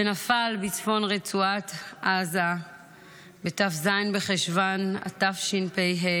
שנפל בצפון רצועת עזה בט"ז בחשוון התשפ"ה,